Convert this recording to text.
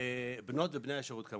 בנות ובני השירות.